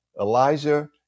elijah